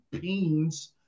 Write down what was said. beans